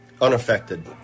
unaffected